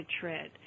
tread